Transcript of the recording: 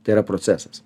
tai yra procesas